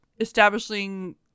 establishing